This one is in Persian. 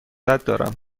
دارم